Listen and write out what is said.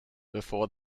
before